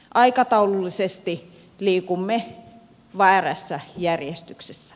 aikataulullisesti liikumme väärässä järjestyksessä